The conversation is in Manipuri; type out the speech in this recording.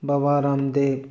ꯕꯕꯥ ꯔꯥꯝ ꯗꯦꯚ